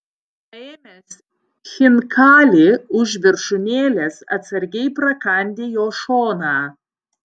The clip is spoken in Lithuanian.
paėmęs chinkalį už viršūnėlės atsargiai prakandi jo šoną